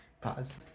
Pause